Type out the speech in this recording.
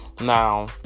Now